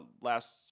last